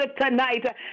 tonight